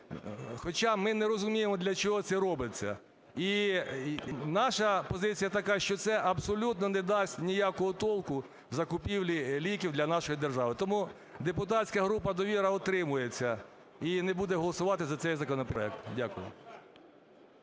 Хоча ми не розуміємо, для чого це робиться. І наша позиція така, що це абсолютно не дасть ніякого толку в закупівлі ліків для нашої держави. Тому депутатська група "Довіра" утримується і не буде голосувати за цей законопроект. Дякую.